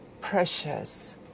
precious